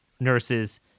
nurses